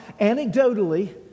anecdotally